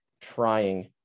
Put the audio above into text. trying